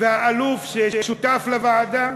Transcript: והאלוף ששותף לוועדה,